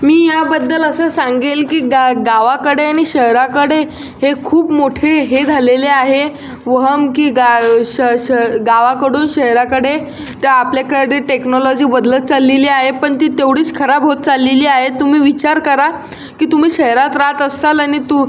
मी याबद्दल असं सांगेल की गा गावाकडे आणि शहराकडे हे खूप मोठे हे झालेले आहे वहम की ग श श गावाकडून शहराकडे तर आपल्याकडे टेक्नॉलॉजी बदलत चाललेली आहे पण ती तेवढीच खराब होत चाललेली आहे तुम्ही विचार करा की तुम्ही शहरात राहत असाल आणि तु